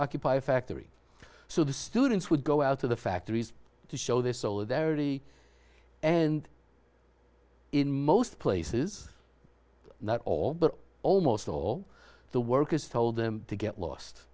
occupy a factory so the students would go out to the factories to show their solidarity and in most places not all but almost all the workers told them to get lost